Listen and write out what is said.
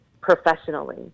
professionally